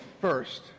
first